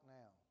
now